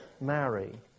marry